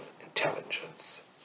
intelligence